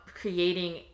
creating